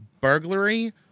burglary